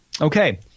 Okay